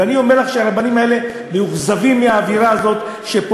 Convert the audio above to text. ואני אומר לך שהרבנים האלה מאוכזבים מהאווירה הזאת פה.